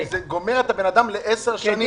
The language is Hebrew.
כי זה גומר את הבן לעשר שנים.